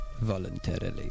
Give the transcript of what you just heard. Voluntarily